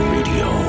Radio